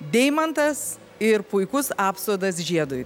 deimantas ir puikus apsodas žiedui